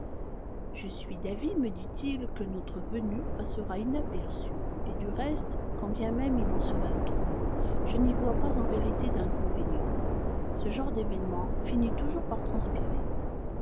je suis d'avis me dit-il que notre venue passera inaperçue et du reste quand bien même il en serait autrement je n'y vois pas en vérité d'inconvénient ce genre d'événement finit toujours par transpirer